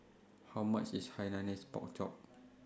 How much IS Hainanese Pork Chop